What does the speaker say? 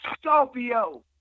Scorpio